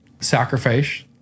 sacrifice